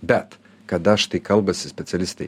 bet kada štai kalbasi specialistai